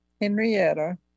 Henrietta